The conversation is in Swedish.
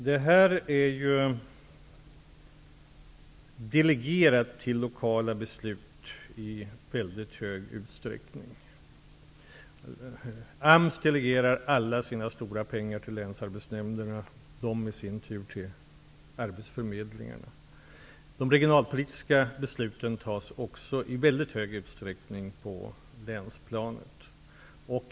Herr talman! Detta är i mycket hög utsträckning delegerat till lokala beslut. AMS delegerar alla sina stora pengar till länsarbetsnämnderna, de i sin tur till arbetsförmedlingarna. De regionalpolitiska besluten fattas också i mycket hög utsträckning på länsplanet.